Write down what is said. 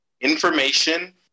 information